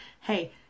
hey